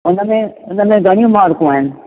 उनमें उनमें घणियूं मार्कूं आहिनि